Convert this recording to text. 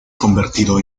convertido